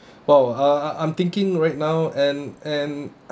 !wow! I'm thinking right now and and